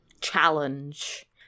challenge